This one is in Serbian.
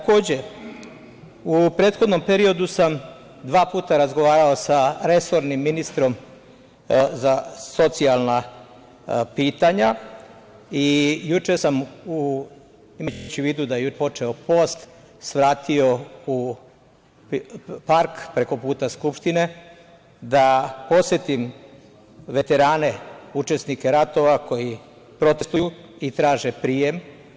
Takođe, u prethodnom periodu sam dva puta razgovarao sa resornim ministrom za socijalna pitanja i juče sam, imajući u vidu da je juče počeo post, svratio u park preko puta Skupštine, da posetim veterane, učesnike ratova, koji protestuju i traže prijem.